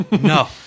No